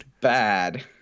bad